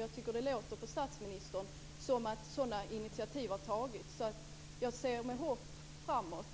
Jag tycker att det låter på statsministern som att sådana initiativ har tagits. Jag ser med hopp framåt.